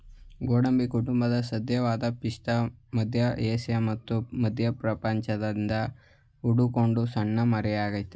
ಗೋಡಂಬಿ ಕುಟುಂಬದ ಸದಸ್ಯವಾದ ಪಿಸ್ತಾ ಮಧ್ಯ ಏಷ್ಯಾ ಮತ್ತು ಮಧ್ಯಪ್ರಾಚ್ಯದಿಂದ ಹುಟ್ಕೊಂಡ ಸಣ್ಣ ಮರವಾಗಯ್ತೆ